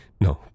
No